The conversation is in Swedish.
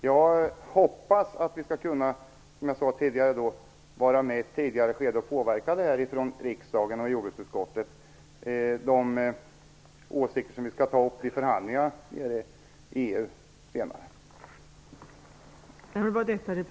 Jag hoppas, som jag sade tidigare, att vi i riksdagen och jordbruksutskottet skall kunna vara med på ett tidigare skede och påverka vilka åsikter vi skall ta upp i förhandlingarna inom EU.